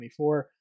2024